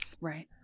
Right